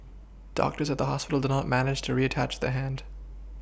doctors at the hospital did not manage to reattach the hand